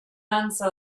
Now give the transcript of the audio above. answer